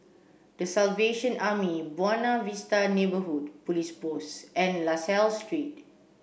The Salvation Army Buona Vista Neighbourhood Police Post and La Salle Street